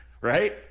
Right